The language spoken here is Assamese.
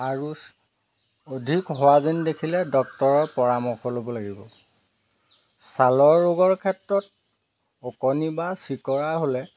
আৰু অধিক হোৱা যেন দেখিলে ডক্তৰৰ পৰামৰ্শ ল'ব লাগিব ছালৰ ৰোগৰ ক্ষেত্ৰত ওকণি বা চিকৰা হ'লে